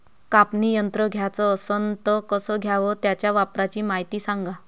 कापनी यंत्र घ्याचं असन त कस घ्याव? त्याच्या वापराची मायती सांगा